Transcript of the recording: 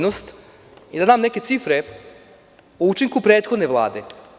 Dao bih neke cifre o učinku prethodne Vlade.